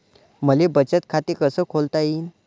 मले बचत खाते कसं खोलता येईन?